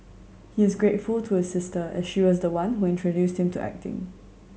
he is grateful to his sister as she was the one who introduced him to acting